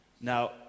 Now